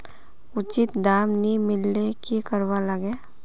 उचित दाम नि मिलले की करवार लगे?